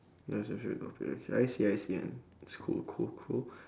ya it's actually not bad I see I see ah it's cool cool cool